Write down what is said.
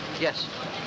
Yes